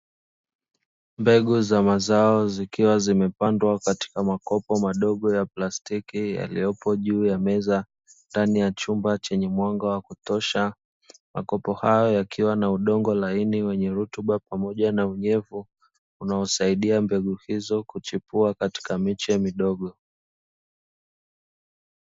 Mbegu za mazao zikiwa zimepandwa katika makopo madogo ya plastiki yaliyopo juu ya meza ndani ya chumba chenye mwanga wa kutosha, makopo hayo yakiwa na udongo laini wenye rutuba pamoja na unyevu unaosaidia mbegu hizo kuchipua katika miche midogo.